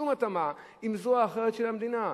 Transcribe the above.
שום התאמה עם זרוע אחרת של המדינה.